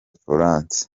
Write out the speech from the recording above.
florence